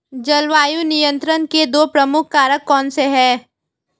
जलवायु नियंत्रण के दो प्रमुख कारक कौन से हैं?